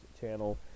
channel